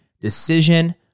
decision